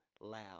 loud